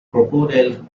crocodile